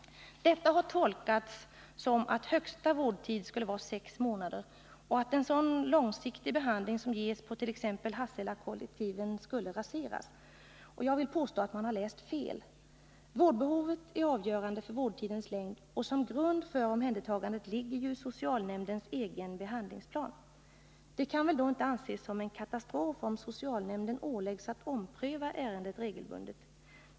Detta har tolkats så att högsta vårdtid skulle vara sex månader och att sådan långsiktig behandling som ges på t.ex. Hasselakollektiven skulle raseras. Jag vill påstå att man läst fel. Vårdbehovet är avgörande för vårdtidens längd, och som grund för omhändertagandet ligger ju socialnämndens egen behandlingsplan. Det kan väl då inte anses som en katastrof att socialnämnden åläggs ompröva ärendet regelbundet.